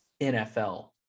nfl